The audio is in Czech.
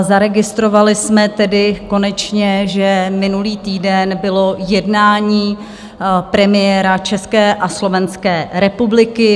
Zaregistrovali jsme tedy konečně, že minulý týden bylo jednání premiéra České a Slovenské republiky.